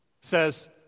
says